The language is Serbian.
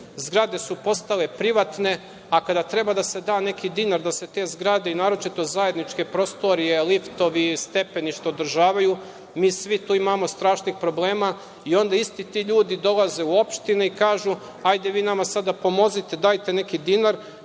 zgrade su postale privatne, a kada treba da se da neki dinar da se te zgrade, i naročito zajedničke prostorije, liftovi, stepenište održavaju, mi svi tu imamo strašnih problema i onda isti ti ljudi dolaze u opštine i kažu – ajde vi nama sada pomozite, dajte neki dinar.